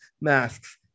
masks